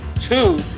Two